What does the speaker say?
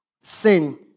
sin